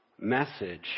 message